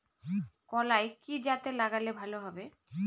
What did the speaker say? কলাই কি জাতে লাগালে ভালো হবে?